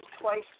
twice